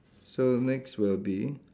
so next will be